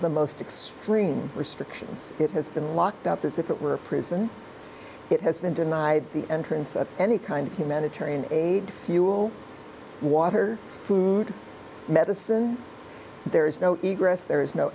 the most extreme restrictions it has been locked up as if it were a prison it has been denied entrance of any kind of humanitarian aid fuel water food medicine there is no there is no